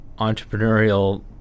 entrepreneurial